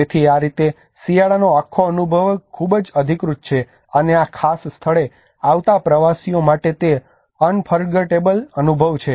તેથી તે આ રીતે શિયાળોનો આખો અનુભવ ખૂબ જ અધિકૃત છે અને આ ખાસ સ્થળે આવતા પ્રવાસીઓ માટે તે અનફર્ગેટેબલ અનુભવ છે